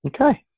Okay